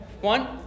one